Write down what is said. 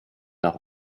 nach